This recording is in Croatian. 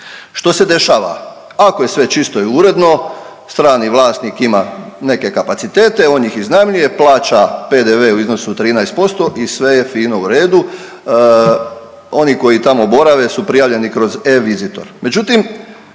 Što se dešava? Ako je sve čisto i uredno strani vlasnik ima neke kapacitete, on ih iznajmljuje, plaća PDV u iznosu od 13% i sve je fino u redu, oni koji tamo borave su prijavljeni kroz eVisitor.